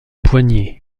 poignées